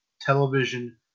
television